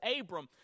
Abram